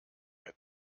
mehr